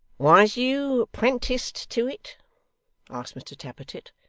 was you prenticed to it asked mr tappertit.